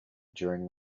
during